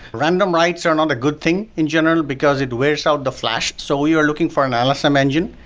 random writes are not a good thing in general, because it wears out the flash. so we're looking for an ah lsm engine.